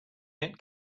met